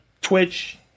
Twitch